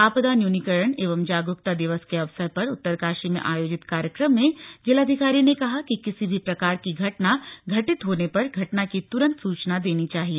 आपदा न्यूनीकरण एवं जागरूकता दिवस के अवसर पर उत्तरकाशी में आयोजित कार्यक्रम में जिलाधिकारी ने कहा कि किसी भी प्रकार की घटना घटित होने पर घटना की तुरंत सूचना देनी चाहिए